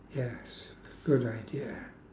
yes good idea